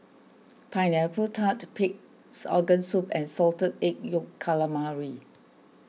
Pineapple Tart Pig's Organ Soup and Salted Egg Yolk Calamari